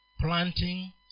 Planting